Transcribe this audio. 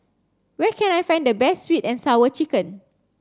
where can I find the best sweet and sour chicken